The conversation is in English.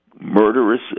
murderous